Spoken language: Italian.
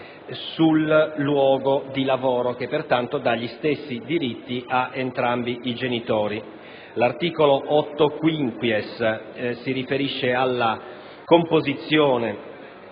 sul luogo di lavoro e, pertanto, dà gli stessi diritti a entrambi i genitori. L'articolo 8-*quinquies* si riferisce alla composizione